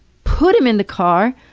put him in the car,